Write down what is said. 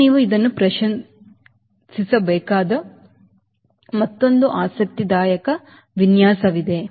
ಈಗ ನೀವು ಇದನ್ನು ಪ್ರಶಂಸಿಸಬೇಕಾದ ಮತ್ತೊಂದು ಆಸಕ್ತಿದಾಯಕ ವಿನ್ಯಾಸವಿದೆ